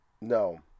No